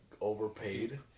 overpaid